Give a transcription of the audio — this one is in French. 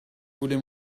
voulez